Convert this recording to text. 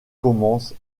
commencent